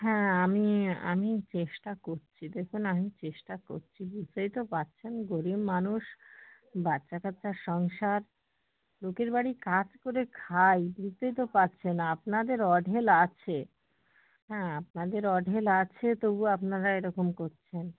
হ্যাঁ আমি আমি চেষ্টা করছি দেখুন আমি চেষ্টা করছি বুঝতেই তো পারছেন গরীব মানুষ বাচ্চা কাচ্চার সংসার লোকের বাড়ি কাজ করে খাই বুঝতেই তো পারছেন আপনাদের অঢেল আছে হ্যাঁ আপনাদের অঢেল আছে তবু আপনারা এরকম করছেন